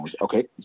Okay